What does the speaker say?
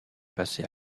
passer